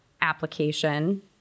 application